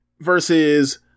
versus